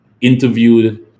interviewed